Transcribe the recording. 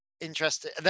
interesting